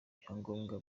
ibyangombwa